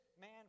man